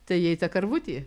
tai jai ta karvutė